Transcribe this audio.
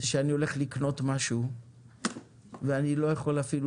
שאני הולך לקנות משהו ואני לא יכול אפילו